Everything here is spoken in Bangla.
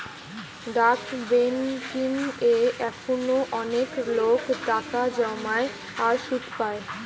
ডাক বেংকিং এ এখনো অনেক লোক টাকা জমায় আর সুধ পায়